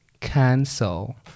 cancel